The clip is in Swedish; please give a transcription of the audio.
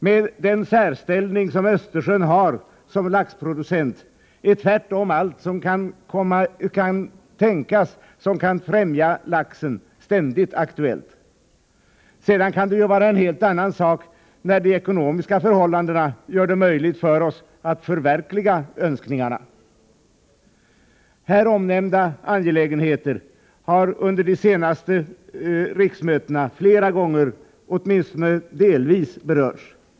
Med den särställning som Östersjön har som laxproducent är tvärtom allt som kan främja laxen ständigt aktuellt. Sedan kan det vara en helt annan sak när de ekonomiska förhållandena gör det möjligt för oss att förverkliga önskningarna. Här omnämnda angelägenheter har under de senaste riksmötena flera gånger, åtminstone delvis, berörts.